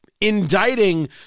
indicting